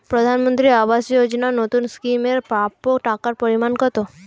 প্রধানমন্ত্রী আবাস যোজনায় নতুন স্কিম এর প্রাপ্য টাকার পরিমান কত?